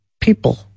people